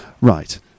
Right